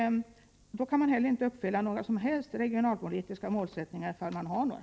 Då kan man heller inte uppfylla några som helst regionalpolitiska målsättningar, ifall man har några.